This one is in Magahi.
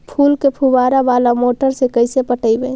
फूल के फुवारा बाला मोटर से कैसे पटइबै?